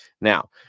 Now